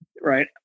right